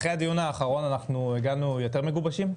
אחרי הדיון האחרון הגענו יותר מגובשים?